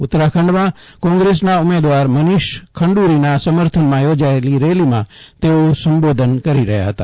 ઉત્તરાખંડમાં કોંગ્રેસના ઉમેદવાર મનીષ ખંડુરીના સમર્થનમાં યોજાયેલી રેલીમાં તેઓ સંબોધન કરી રહ્યા હતા